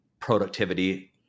productivity